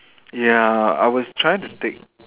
ya I was trying to take